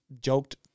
joked